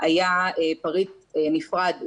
היה פריט נפרד למכירה.